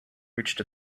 reached